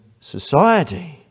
society